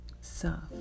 soft